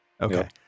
Okay